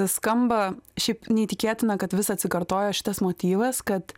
skamba šiaip neįtikėtina kad vis atsikartoja šitas motyvas kad